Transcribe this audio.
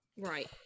Right